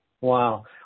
Wow